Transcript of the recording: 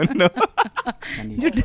no